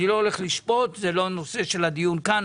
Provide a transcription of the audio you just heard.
אני לא הולך לשפוט, זה לא נושא הדיון כאן.